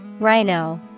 Rhino